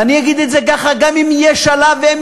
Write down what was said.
ואגיד את זה ככה: גם אם יהיה שלב שהם